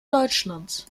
deutschlands